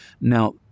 Now